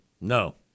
No